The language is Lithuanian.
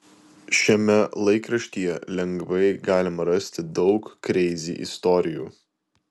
šiame laikraštyje lengvai galima rasti daug kreizi istorijų